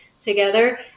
together